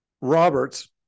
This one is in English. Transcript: Roberts